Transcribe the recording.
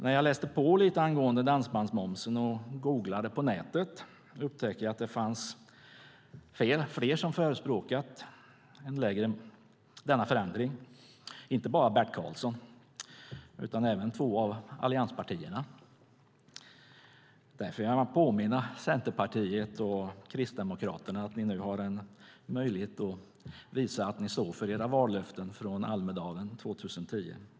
När jag läste på lite angående dansbandsmomsen och googlade på nätet upptäckte jag att det finns fler som har förespråkat denna förändring. Det är inte bara Bert Karlsson utan även två av allianspartierna. Därför vill jag påminna Centerpartiet och Kristdemokraterna om att ni nu har möjlighet att visa att ni står för era vallöften från Almedalen 2010.